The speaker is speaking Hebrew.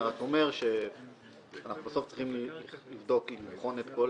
אני רק אומר שאנחנו בסוף צריכים לבדוק ולבחון את כל